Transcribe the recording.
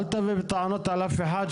אז אל תבוא בטענות לאף אחד,